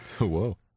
Whoa